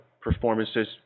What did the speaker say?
performances